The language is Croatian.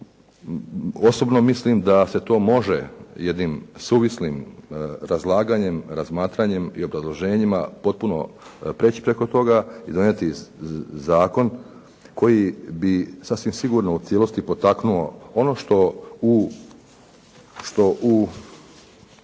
osobno mislim da se to može jednim suvislim razlaganjem, razmatranjem i obrazloženjima potpuno preći preko toga i donijeti zakon koji bi sasvim sigurno u cijelosti potaknuo ono što u